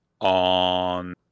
on